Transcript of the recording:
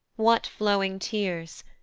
what flowing tears?